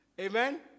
Amen